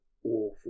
awful